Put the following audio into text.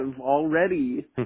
already